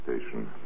Station